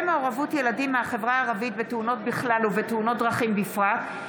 מעורבות ילדים מהחברה הערבית בתאונות בכלל ובתאונות דרכים בפרט,